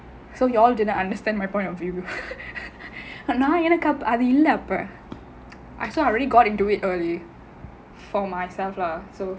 so you all didn't understand my point of view நான் எனக்கு அப்ப இல்ல அது அப்ப so I really got into it early for myself lah so